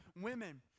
women